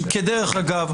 כדרך אגב,